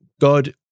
God